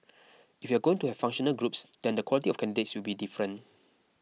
if you're going to have functional groups then the quality of candidates will be different